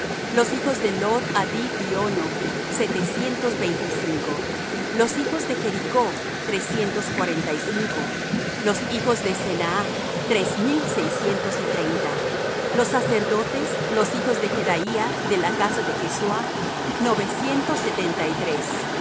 los hijos de lod hadid y ono setecientos veinte y cinco los hijos de de jericó trescientos cuarenta y cinco los hijos de senaa tres mil seiscientos y treinta los sacerdotes los hijos de jedaía de la casa de jesuá novecientos setenta y tres